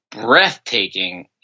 breathtaking